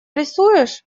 рисуешь